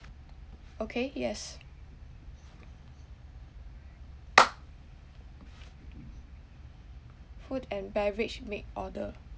okay yes food and beverage make order